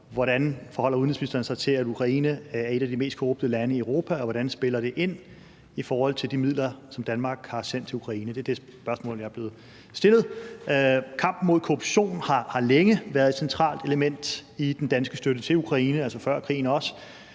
Hvordan forholder udenrigsministeren sig til, at Ukraine er et af de mest korrupte lande i Europa, og hvordan spiller det ind i forhold til de midler, som Danmark har sendt til Ukraine? Det er det spørgsmål, jeg er blevet stillet. Kampen mod korruption har længe været et centralt element i den danske støtte til Ukraine, altså også før krigen.